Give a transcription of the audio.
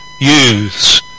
youths